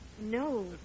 no